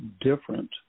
different